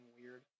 weird